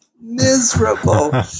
miserable